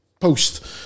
Post